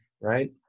right